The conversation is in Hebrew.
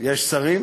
יש שרים?